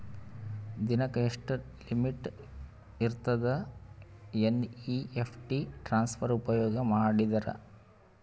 ದಿನಕ್ಕ ಎಷ್ಟ ಲಿಮಿಟ್ ಇರತದ ಎನ್.ಇ.ಎಫ್.ಟಿ ಟ್ರಾನ್ಸಫರ್ ಉಪಯೋಗ ಮಾಡಿದರ?